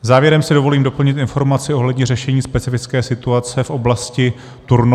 Závěrem si dovolím doplnit informaci ohledně řešení specifické situace v oblasti Turnovska.